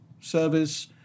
Service